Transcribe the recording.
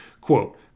Quote